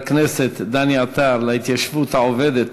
להתיישבות העובדת,